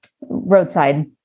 roadside